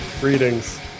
Greetings